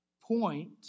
point